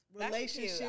Relationship